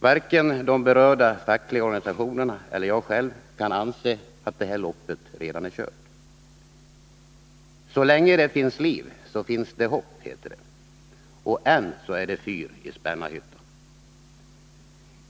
Varken de berörda fackliga organisationerna eller jag själv kan anse att detta lopp redan är kört. Så länge det finns liv, så finns det hopp, heter det. Och än så länge är det fyr i Spännarhyttan.